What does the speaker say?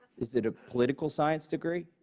is it a political science degree?